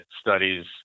studies